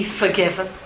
forgiven